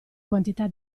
quantità